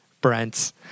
Brent